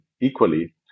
equally